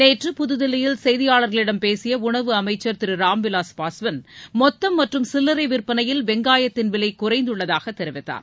நேற்று புதுதில்லியில் செய்தியாளர்களிடம் பேசிய உணவு அமைச்சர் திரு ராம்விலாஸ் பாஸ்வான் மொத்தம் மற்றும் சில்லறை விற்பனையில் வெங்காயத்தின் விலை குறைந்துள்ளதாக தெரிவித்தார்